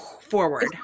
forward